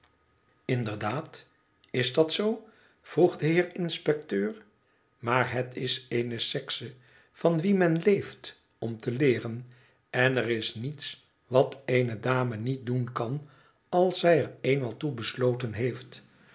is dat zoo vroeg de heer inspecteur maar het is eene sekse van wie men leeft om te leeren en er is niets wat eene dame niet doen kan als zij er eenmaal toe besloten heeft